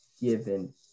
given